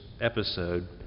episode